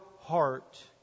heart